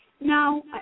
No